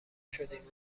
شدیم